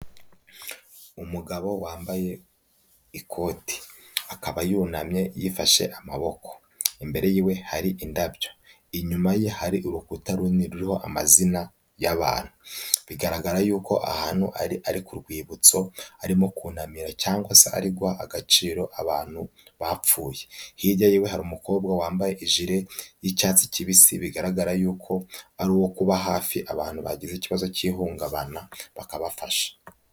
Umugabo wambaye ikoti. Akaba yunamye yifashe amaboko. Imbere yiwe hari indabyo, inyuma ye hari urukuta ruriho amazina y'abantu. Bigaragara yuko ahantu ari ari ku rwibutso arimo kunamira cyangwa se ari guha agaciro abantu bapfuye. Hirya yiwe hari umukobwa wambaye ijire y'icyatsi kibisi bigaragara yuko ari uwo kuba hafi abantu bagize ikibazo cy'ihungabana, bakabafasha.